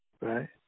right